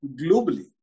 globally